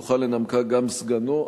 יוכל לנמקה גם סגנו,